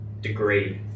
degree